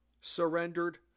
surrendered